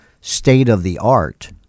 state-of-the-art